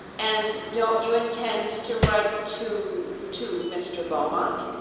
and don't you intend to write to to mr. beaumont?